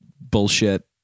bullshit